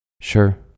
Sure